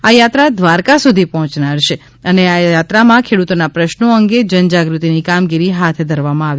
આ યાત્રા દ્વારકા સુધી પહોંચનાર છે અને આ યાત્રામાં ખેડૂતોના પ્રશ્નો અંગે જન જાગૃતિની કામગીરી હાથ ધરવામાં આવી